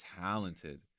talented